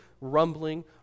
rumbling